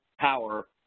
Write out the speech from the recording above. power